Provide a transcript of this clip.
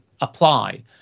apply